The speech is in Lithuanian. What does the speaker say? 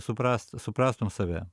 suprast suprastum save